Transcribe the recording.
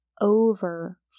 over